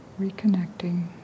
Reconnecting